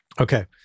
okay